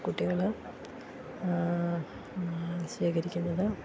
കുട്ടികള് ശേഖരിക്കുന്നത്